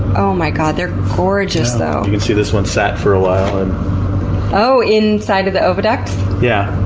ah oh my god, they're gorgeous though! you can see this one sat for a while oh, inside of the oviduct? yeah